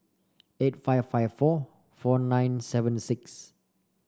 eight five five four four nine seven six